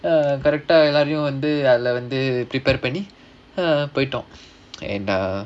எல்லாரையும் வந்து அதுல வந்து:ellaaraiyum vandhu adhula vandhu prepare பண்ணி போய்ட்டோம்:panni poitom and uh